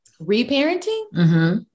Reparenting